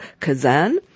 Kazan